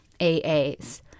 AA's